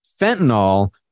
fentanyl